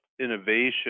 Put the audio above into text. innovation